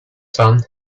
sun